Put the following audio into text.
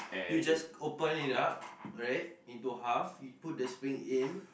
you just open it up alright into half you put the spring in